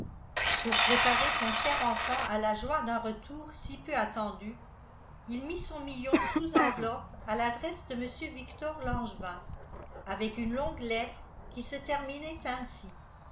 pour préparer son cher enfant à la joie d'un retour si peu attendu il mit son million sous enveloppe à l'adresse de mr victor langevin avec une longue lettre qui se terminait ainsi